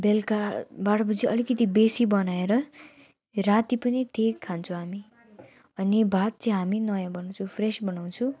बेलुका बाह्र बजे अलिकिति बेसी बनाएर राति पनि त्यही खान्छौँ हामी अनि भात चाहिँ हामी नयाँ बनाउँछौँ फ्रेस बनाउँछौँ